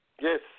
Yes